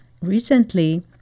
Recently